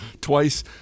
twice